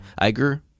Iger